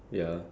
true